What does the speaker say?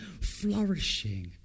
flourishing